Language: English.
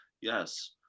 Yes